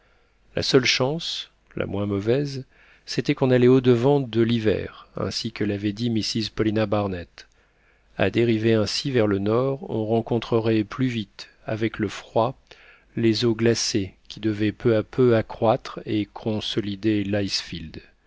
la seule chance la moins mauvaise c'était qu'on allait au-devant de l'hiver ainsi que l'avait dit mrs paulina barnett à dériver ainsi vers le nord on rencontrerait plus vite avec le froid les eaux glacées qui devaient peu à peu accroître et consolider l'icefield